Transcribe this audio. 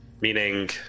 Meaning